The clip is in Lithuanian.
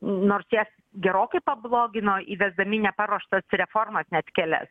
nors jas gerokai pablogino įvesdami neparuoštas reformas net kelias